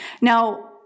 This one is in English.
Now